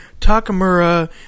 Takamura